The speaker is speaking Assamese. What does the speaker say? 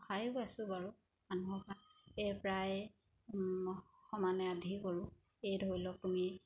পায়ো আছোঁ বাৰু মানুহৰপৰা এই প্ৰায় সমানে আধি কৰোঁ এই ধৰি লওক তুমি